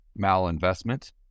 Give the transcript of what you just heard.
malinvestment